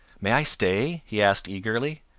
may i stay? he asked eagerly.